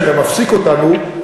כשאתה מפסיק אותנו,